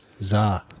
Zah